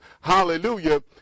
hallelujah